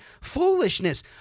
Foolishness